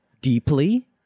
Deeply